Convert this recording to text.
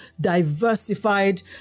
diversified